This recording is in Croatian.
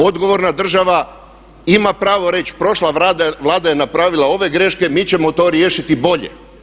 Odgovorna država ima pravo reći prošla Vlada je napravila ove greške, mi ćemo to riješiti bolje.